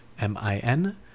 M-I-N